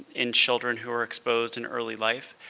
in children who were exposed in early life.